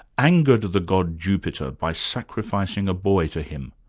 angered the god jupiter by sacrificing a boy to him,